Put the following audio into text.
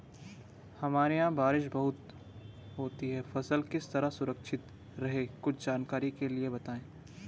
हमारे यहाँ बारिश बहुत होती है फसल किस तरह सुरक्षित रहे कुछ जानकारी के लिए बताएँ?